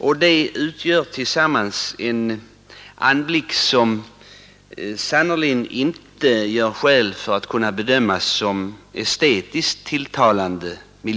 Resultatet av denna miljövård utgör en anblick som sannerligen inte kan kallas estetiskt tilltalande.